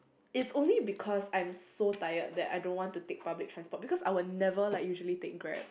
is only because I'm so tired that I don't want to take public transport because I would never like usually take grab